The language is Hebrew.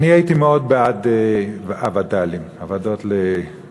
אני הייתי מאוד בעד הווד"לים, הוועדות לדיור,